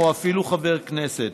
או אפילו חבר כנסת.